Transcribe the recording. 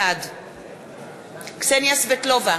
בעד קסניה סבטלובה,